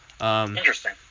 Interesting